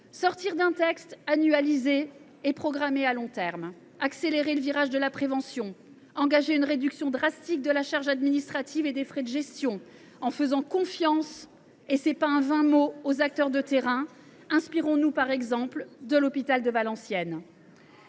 sortir d’un texte annualisé et programmé à long terme ; accélérer le virage de la prévention ; engager une réduction drastique de la charge administrative et des frais de gestion. Pour cela, faisons confiance – ce n’est pas un vain mot – aux acteurs de terrain et inspirons nous, par exemple, de l’hôpital de Valenciennes.